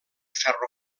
ferro